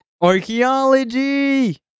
Archaeology